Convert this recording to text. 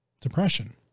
depression